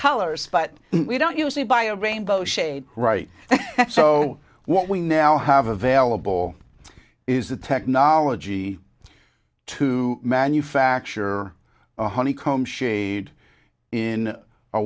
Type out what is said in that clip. colors but we don't usually buy a rainbow shade right so what we now have available is the technology to manufacture a honeycomb shade in a